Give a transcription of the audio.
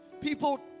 People